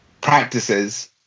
practices